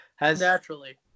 naturally